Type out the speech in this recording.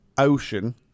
Ocean